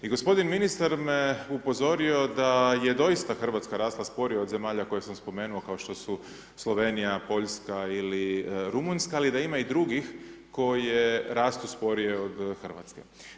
I gospodin ministar me upozorio da je doista Hrvatska rasla sporije od zemalja koje sam spomenuo, kao što su Slovenija, Poljska ili Rumunjska, ali da ima i drugih koje rastu sporije od Hrvatske.